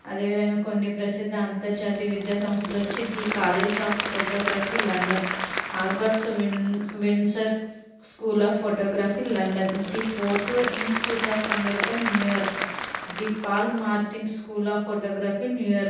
అదేవిధంగా కొన్ని ప్రసిద్ధ అంతర్జాతీయ విద్యాసంస్థలు వచ్చి the college of photography London Alberts win Windsor school of photography London the photo institute of America New York the Paul Martin school of photography New York